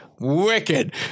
Wicked